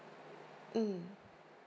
mm